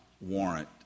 warrant